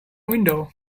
window